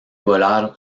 volar